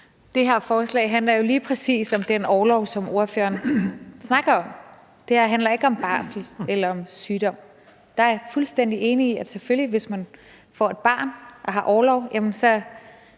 Det her forslag handler jo lige præcis om den orlov, som ordføreren snakker om. Det her handler ikke om barsel eller om sygdom. Der er jeg fuldstændig enig i, at hvis man får et barn og har orlov, jamen så